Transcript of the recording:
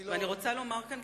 אני רוצה לומר כאן,